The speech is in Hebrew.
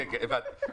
כן כן, הבנתי.